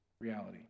reality